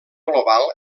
global